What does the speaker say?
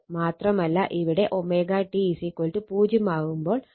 മാത്രമല്ല ഇവിടെ ω t 0 ആവുമ്പോൾ I 0 ആയിരിക്കും